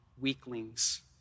weaklings